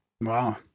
Wow